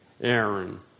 Aaron